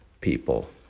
people